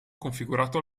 configurato